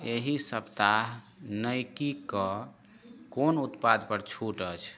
एहि सप्ताह नाइकीक कोन उत्पादपर छूट अछि